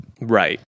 Right